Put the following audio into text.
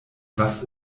was